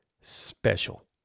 special